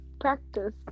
practice